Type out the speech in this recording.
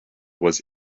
was